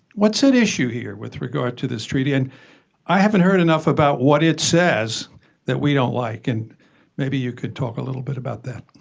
what's at issue here with regard to this treaty? and i haven't heard enough about what it says that we don't like. and maybe you could talk a little bit about that.